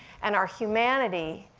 and our humanity,